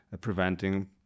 preventing